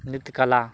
नृत्यकला